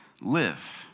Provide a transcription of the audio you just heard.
live